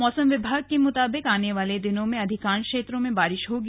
मौसम विभाग के मुताबिक आने वाले दिनों में अधिकांश क्षेत्रों में बारिश होगी